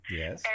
yes